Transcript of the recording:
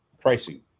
pricing